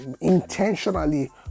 intentionally